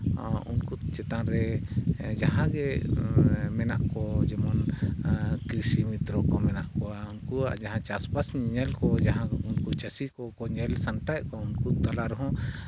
ᱩᱱᱠᱩ ᱪᱮᱛᱟᱱ ᱨᱮ ᱡᱟᱦᱟᱸᱜᱮ ᱢᱮᱱᱟᱜ ᱠᱚ ᱡᱮᱢᱚᱱ ᱠᱨᱤᱥᱤ ᱢᱤᱛᱨᱚ ᱠᱚ ᱢᱮᱱᱟᱜ ᱠᱚᱣᱟ ᱩᱱᱠᱩᱣᱟᱜ ᱡᱟᱦᱟᱸ ᱪᱟᱥᱵᱟᱥ ᱧᱮᱧᱮᱞ ᱠᱚ ᱡᱟᱦᱟᱸ ᱠᱚ ᱩᱱᱠᱩ ᱪᱟᱹᱥᱤ ᱠᱚᱠᱚ ᱧᱮᱞ ᱥᱟᱢᱴᱟᱣᱮᱫ ᱠᱚ ᱩᱱᱠᱩ ᱛᱟᱞᱟ ᱨᱮᱦᱚᱸ